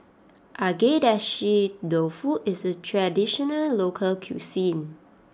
Agedashi Dofu is a traditional local cuisine